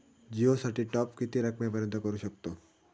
जिओ साठी टॉप किती रकमेपर्यंत करू शकतव?